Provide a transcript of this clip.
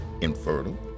infertile